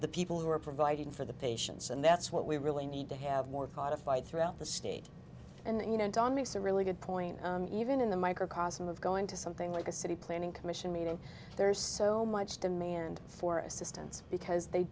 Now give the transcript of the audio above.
the people who are providing for the patients and that's what we really need to have more codified throughout the state and you know don makes a really good point even in the microcosm of going to something like a city planning commission meeting there is so much demand for assistance because they